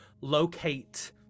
locate